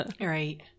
Right